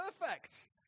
Perfect